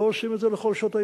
לא עושים את זה בכל שעות היממה,